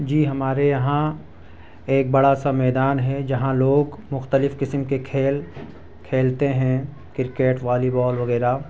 جی ہمارے یہاں ایک بڑا سا میدان ہے جہاں لوگ مختلف قسم کے کھیل کھیلتے ہیں کرکٹ والی بال وغیرہ